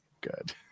good